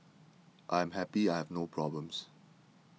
I am happy I have no problems